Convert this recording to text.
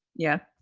yeah.